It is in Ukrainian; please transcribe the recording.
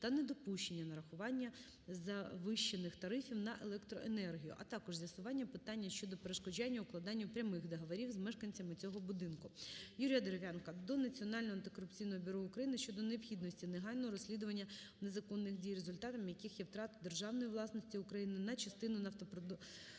та недопущення нарахування завищених тарифів на електроенергію, а також з'ясування питання щодо перешкоджання укладанню прямих договорів з мешканцями цього будинку. Юрія Дерев'янка до Національного антикорупційного бюро України щодо необхідності негайного розслідування незаконних дій, результатом яких є втрата державної власності України на частину нафтопродуктопроводів